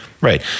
Right